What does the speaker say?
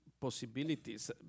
possibilities